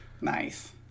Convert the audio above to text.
Nice